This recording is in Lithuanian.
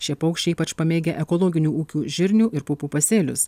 šie paukščiai ypač pamėgę ekologinių ūkių žirnių ir pupų pasėlius